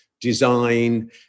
design